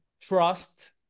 trust